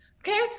Okay